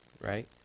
right